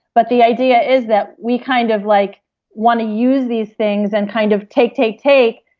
but the idea is that we kind of like want to use these things and kind of take, take, take.